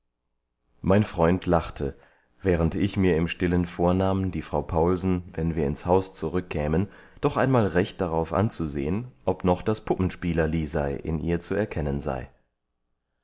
mein freund lachte während ich mir im stillen vornahm die frau paulsen wenn wir ins haus zurückkämen doch einmal recht darauf anzusehen ob noch das puppenspieler lisei in ihr zu erkennen sei